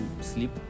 sleep